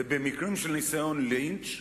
ובמקרים של ניסיון לינץ'